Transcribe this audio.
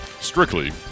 strictly